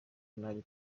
nabi